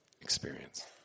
experience